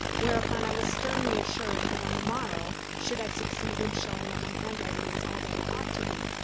whereupon i was sternly assured that on the morrow, should i succeed in showing that my handwriting was all that it ought to be,